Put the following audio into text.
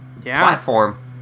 platform